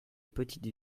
petite